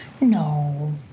No